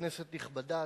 כנסת נכבדה,